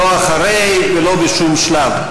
לא אחרי ולא בשום שלב.